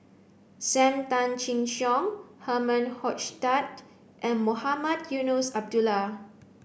Sam Tan Chin Siong Herman Hochstadt and Mohamed Eunos Abdullah